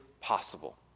possible